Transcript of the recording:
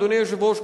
אדוני היושב-ראש,